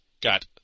got